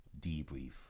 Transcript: debrief